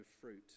fruit